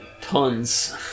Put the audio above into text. tons